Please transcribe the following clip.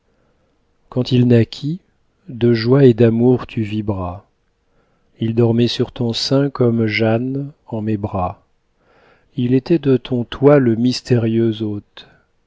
quand il naquit de joie et d'amour tu vibras il dormait sur ton sein comme jeanne en mes bras il était de ton toit le mystérieux hôte